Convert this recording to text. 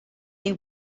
they